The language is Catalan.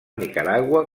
nicaragua